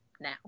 now